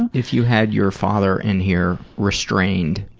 if you had your father and here restrained,